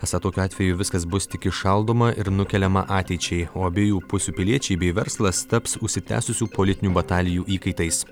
esą tokiu atveju viskas bus tik įšaldoma ir nukeliama ateičiai o abiejų pusių piliečiai bei verslas taps užsitęsusių politinių batalijų įkaitais